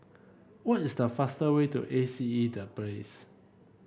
what is the fastest way to A C E The Place